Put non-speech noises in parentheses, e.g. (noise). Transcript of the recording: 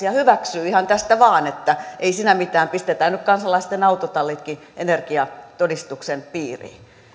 (unintelligible) ja hyväksyä ihan tästä vaan että ei siinä mitään pistetään nyt kansalaisten autotallitkin energiatodistuksen piiriin